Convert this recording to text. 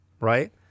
right